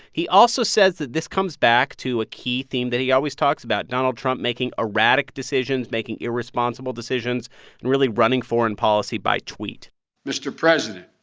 he also says that this comes back to a key theme that he always talks about donald trump making erratic decisions, making irresponsible decisions and really running foreign policy by tweet mr. president,